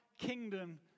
kingdom